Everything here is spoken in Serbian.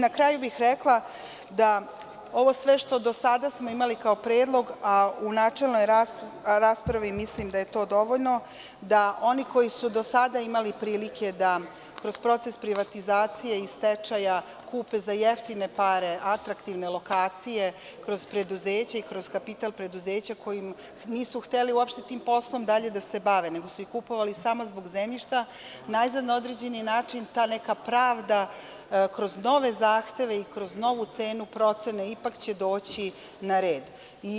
Na kraju bih rekla da ovo sve što smo do sada imali kao predlog, a u načelnoj raspravi mislim da je to dovoljno, da oni koji su do sada imali prilike da kroz proces privatizacije i stečaja kupe za jeftine pare atraktivne lokacije kroz preduzeća i kroz kapital preduzeća, koji nisu hteli uopšte tim poslom dalje da se bave, nego su ih kupovali samo zbog zemljišta, najzad na određen način ta neka pravda kroz nove zahteve i kroz novu cenu procene ipak će doći na red.